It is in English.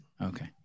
Okay